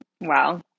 Wow